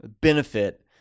benefit